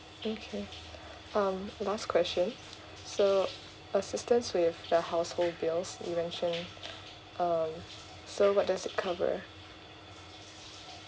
okay um last question so assistance with the household bills you mentioned um so what does it cover